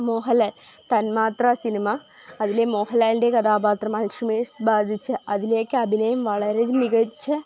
Mohanlal Thanmathra cinema അതിലെ മോഹൻലാലിൻ്റെ കഥാപാത്രം അൽഷിമേഴ്സ് ബാധിച്ച അതിലേക്ക് അഭിനയം വളരെ മികച്ച